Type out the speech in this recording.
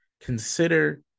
consider